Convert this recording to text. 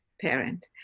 parent